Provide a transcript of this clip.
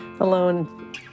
alone